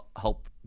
help